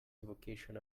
invocation